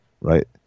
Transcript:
right